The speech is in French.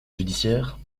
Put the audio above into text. judiciaire